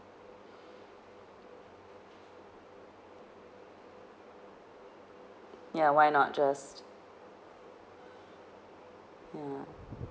ya why not just ya